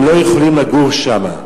הם לא יכולים לגור שם.